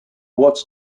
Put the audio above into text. watch